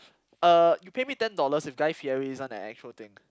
uh you pay me ten dollars if guy-theory is not an actual thing